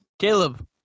Caleb